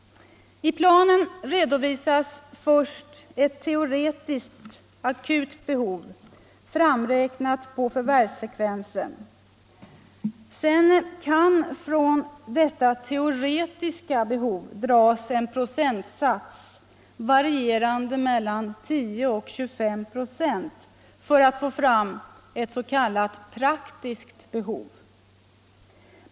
I planen redovisas först ett teoretiskt akut behov framräknat på förvärvsfrekvensen. Sedan kan från detta teoretiska behov dras en procentsats varierande mellan 10 och 25 96 för att få fram ett s.k. praktiskt behov.